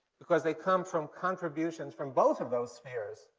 because they come from contributions from both of those spheres.